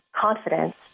confidence